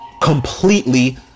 completely